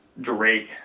Drake